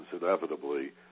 inevitably